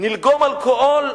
נלגום אלכוהול.